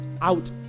out